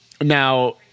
Now